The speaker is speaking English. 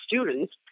students